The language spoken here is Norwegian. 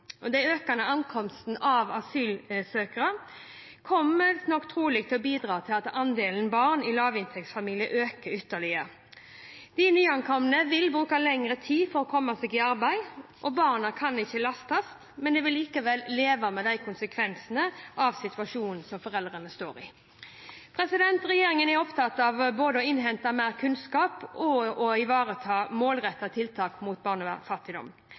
økende ankomsten av asylsøkere kommer nok trolig til å bidra til at andelen barn i lavinntektsfamilier øker ytterligere. De nyankomne vil bruke lengre tid på å komme seg i arbeid. Barna kan ikke lastes, men de vil likevel leve med konsekvensene av situasjonen foreldrene står i. Regjeringen er opptatt av både å innhente mer kunnskap og å iverksette målrettede tiltak mot barnefattigdom.